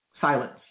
silence